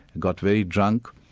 got very drunk,